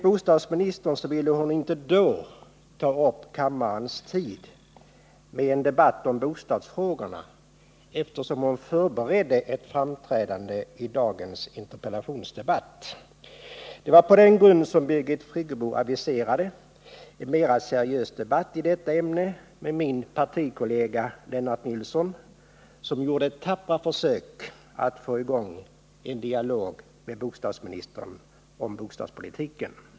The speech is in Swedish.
Bostadsministern ville då inte ta upp kammarens tid med en debatt om bostadsfrågorna, eftersom hon förberedde ett framträdande i dagens interpellationsdebatt. Det var på den grunden Birgit Friggebo avvisade en mer seriös debatt i detta ämne med min partikollega, Lennart Nilsson, som gjorde tappra försök att få i gång en dialog med bostadsministern om bostadspolitiken.